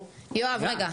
יואב, רגע.